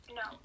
no